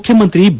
ಮುಖ್ಯಮಂತ್ರಿ ಬಿ